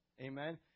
Amen